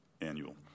annual